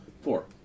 four